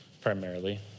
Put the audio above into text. primarily